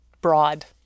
broad